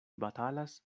batalas